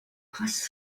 passed